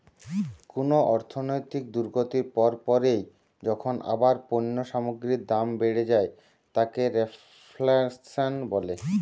কুনো অর্থনৈতিক দুর্গতির পর পরই যখন আবার পণ্য সামগ্রীর দাম বেড়ে যায় তাকে রেফ্ল্যাশন বলে